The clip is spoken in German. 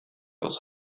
aus